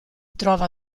trova